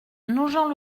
nogent